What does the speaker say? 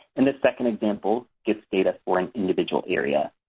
and the second example gives data for an individual area.